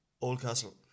Oldcastle